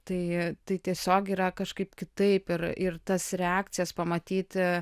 tai tai tiesiog yra kažkaip kitaip ir ir tas reakcijas pamatyti